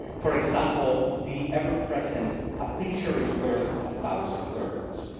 for example, the ever present a picture is worth a thousand words.